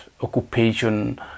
occupation